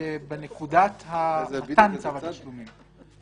זה בנקודת מתן צו התשלומים,